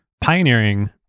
pioneering